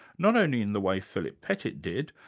not only in the way philip pettit did,